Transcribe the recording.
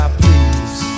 please